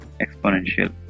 exponential